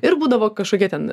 ir būdavo kažkokie ten